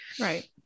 Right